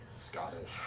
scottish.